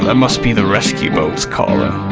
ah must be the rescue boats calling.